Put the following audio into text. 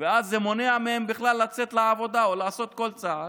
אז זה מונע מהם בכלל לצאת לעבודה או לעשות כל צעד,